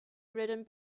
written